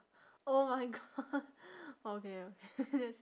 oh my god okay okay that's